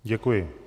Děkuji.